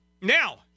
Now